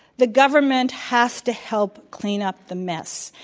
the government has to help clean up the mess.